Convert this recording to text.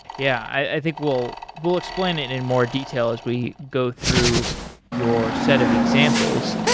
yeah. i think we'll we'll explain it in more detail as we go through your set of examples.